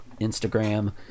Instagram